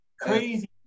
Crazy